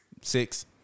Six